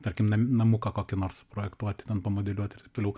tarkimnam namuką kokį nors suprojektuoti pamodeliuoti ir taip toliau